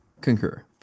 Concur